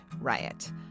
riot